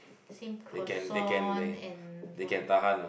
same croissant and what